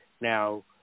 now